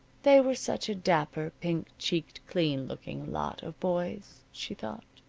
they were such a dapper, pink-cheeked, clean-looking lot of boys, she thought.